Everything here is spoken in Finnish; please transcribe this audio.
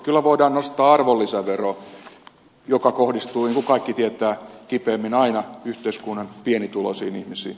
kyllä voidaan nostaa arvonlisäveroa joka kohdistuu niin kuin kaikki tietävät kipeimmin aina yhteiskunnan pienituloisiin ihmisiin